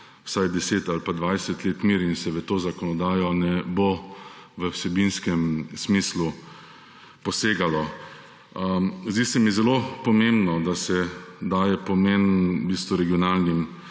vsaj 10 ali pa 20 let mir in se v to zakonodajo ne bo v vsebinskem smislu posegalo. Zdi se mi zelo pomembno, da se daje pomen v bistvu